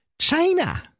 China